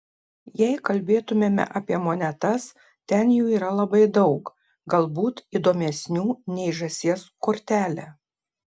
jei kalbėtumėme apie monetas ten jų yra labai daug galbūt įdomesnių nei žąsies kortelė